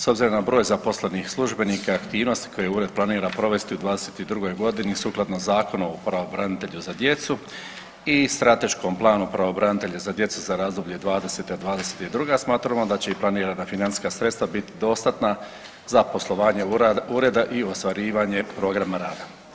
S obzirom na broj zaposlenih službenika, aktivnosti koje ured planira provesti u 2022. godini sukladno Zakonu o pravobranitelju za djecu i strateškom planu pravobranitelja za djecu za razdoblje 20-22 smatramo da će i planirana financijska sredstva biti dostatna za poslovanje ureda i ostvarivanje programa rada.